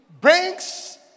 brings